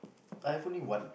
I have only one